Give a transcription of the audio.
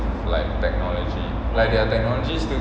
like technology like their technologies still